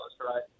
right